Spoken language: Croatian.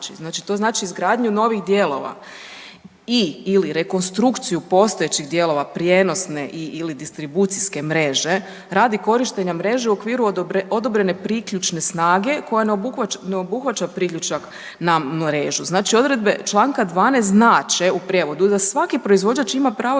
Znači, to znači izgradnju novih dijelova i/ili rekonstrukciju postojećih dijelova prijenosne i/ili distribucijske mreže radi korištenja mreže u okviru odobrene priključne snage koja ne obuhvaća priključak na mrežu. Znači odredbe čl. 12. znače u prijevodu da svaki proizvođač ima pravo